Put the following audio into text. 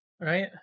Right